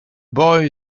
boy